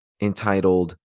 entitled